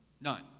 None